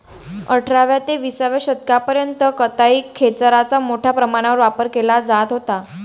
अठराव्या ते विसाव्या शतकापर्यंत कताई खेचराचा मोठ्या प्रमाणावर वापर केला जात होता